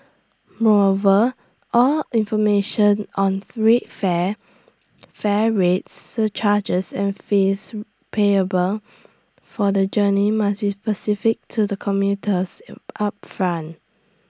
moreover all information on free fare fare rates surcharges and fees payable for the journey must be specified to the commuters upfront